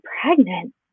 pregnant